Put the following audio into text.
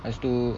lepas tu